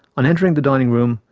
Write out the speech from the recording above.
on entering the dining room,